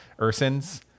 ursins